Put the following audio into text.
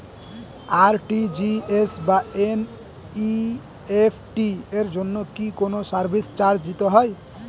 RTGS বা NEFT এর জন্য কি কোনো সার্ভিস চার্জ দিতে হয়?